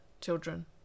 children